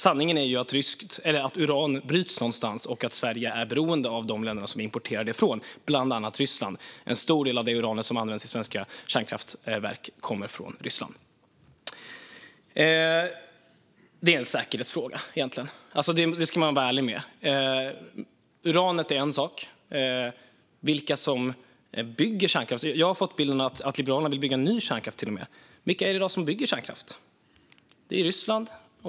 Sanningen är att uran bryts någonstans och att Sverige är beroende av de länder som vi importerar det från, bland annat Ryssland. En stor andel av det uran som används i svenska kärnkraftverk kommer från Ryssland. Detta är en säkerhetsfråga. Det ska man vara ärlig med. Uranet är en aspekt. Sedan har jag fått intrycket att Liberalerna till och med vill bygga ny kärnkraft. Vilka är det då som bygger kärnkraft i dag?